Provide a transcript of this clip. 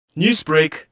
Newsbreak